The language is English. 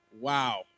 Wow